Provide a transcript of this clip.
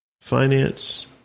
finance